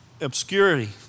obscurity